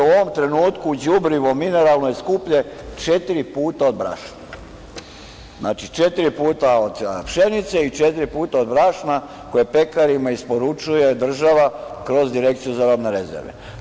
U ovom trenutku đubrivo mineralno je skuplje četiri puta od brašna, znači četiri puta od pšenice, četiri puta od brašna koje pekarima isporučuje država kroz Direkciju za robne rezerve.